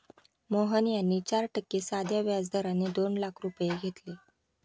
मोहन यांनी चार टक्के साध्या व्याज दराने दोन लाख रुपये घेतले